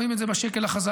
רואים את זה בשקל החזק,